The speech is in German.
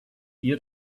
ihr